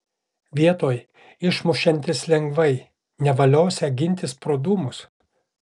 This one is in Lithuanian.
vietoj išmušiantis lengvai nevaliosią gintis pro dūmus